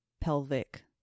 pelvic